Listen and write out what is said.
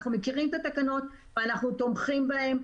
אנחנו מכירים את התקנות ואנחנו תומכים בהן,